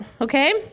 okay